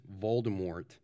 Voldemort